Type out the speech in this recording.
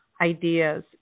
ideas